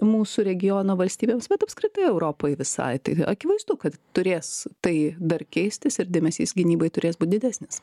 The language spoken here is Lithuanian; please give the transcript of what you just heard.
mūsų regiono valstybėms bet apskritai europai visai tai akivaizdu kad turės tai dar keistis ir dėmesys gynybai turės būti didesnis